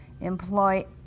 employ